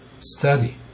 study